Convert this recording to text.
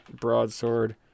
broadsword